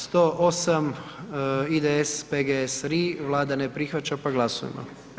108, IDS, PGS, RI, Vlada ne prihvaća pa glasujmo.